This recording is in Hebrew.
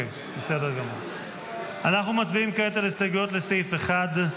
אנחנו מצביעים כעת על הסתייגויות לסעיף 1,